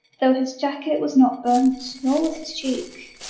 though his jacket was not burnt nor was his cheek.